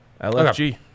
LFG